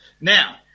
Now